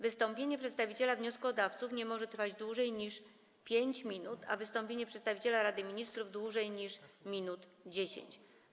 Wystąpienie przedstawiciela wnioskodawców nie może trwać dłużej niż 5 minut, a wystąpienie przedstawiciela Rady Ministrów - dłużej niż 10 minut.